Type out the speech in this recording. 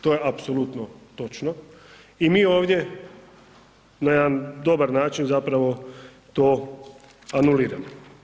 To je apsolutno točno i mi ovdje na jedan dobar način zapravo to anuliramo.